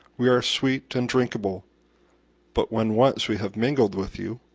we are sweet and drinkable but when once we have mingled with you,